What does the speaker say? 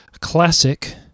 classic